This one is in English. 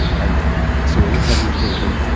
and so in camus' thinking,